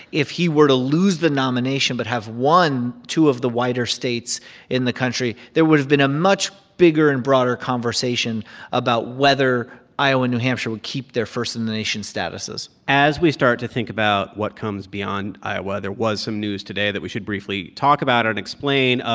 if he were to lose the nomination but have won two of the whiter states in the country, there would have been a much bigger and broader conversation about whether iowa and new hampshire would keep their first in the nation statuses as we start to think about what comes beyond iowa, there was some news today that we should briefly talk about and explain. ah